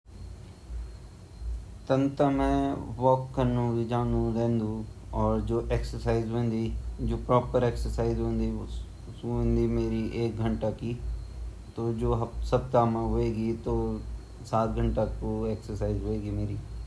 हर रोज़ मै कम से कम एक घंटा ता कसरत कनए कन ची वन ता गढ़वाल मा काम करीते ही कसरत वे जांदी पर सप्ताह का हिसाब से मेरा साथ घंटा ता वे जांदा वोला।